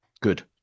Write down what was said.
Good